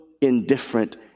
indifferent